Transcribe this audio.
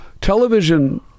Television